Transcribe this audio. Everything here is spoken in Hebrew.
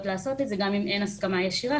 לעשות את זה גם אם אין הסכמה ישירה.